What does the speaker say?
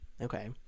Okay